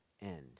end